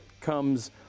comes